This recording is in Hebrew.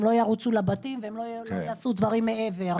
הם לא ירוצו לבתים והם לא יעשו דברים מעבר.